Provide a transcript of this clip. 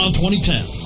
2010